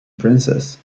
princes